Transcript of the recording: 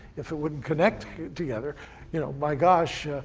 if it wouldn't connect together you know, my gosh,